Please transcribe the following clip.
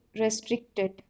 restricted